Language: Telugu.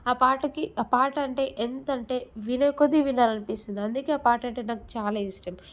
ఆ పాటకి ఆ పాట అంటే ఎంతంటే వినే కొద్దీ వినాలనిపిస్తుంది అందుకే ఆ పాటంటే నాకు చాలా ఇష్టం